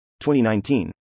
2019